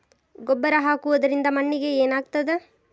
ಗೊಬ್ಬರ ಹಾಕುವುದರಿಂದ ಮಣ್ಣಿಗೆ ಏನಾಗ್ತದ?